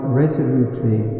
resolutely